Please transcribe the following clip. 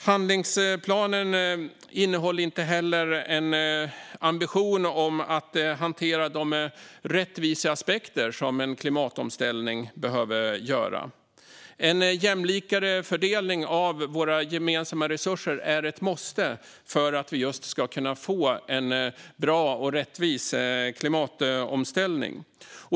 Handlingsplanen innehåller inte heller någon ambition att hantera de rättviseaspekter som behöver hanteras i en klimatomställning. En jämlikare fördelning av våra gemensamma resurser är ett måste för att vi ska kunna få just en bra och rättvis klimatomställning.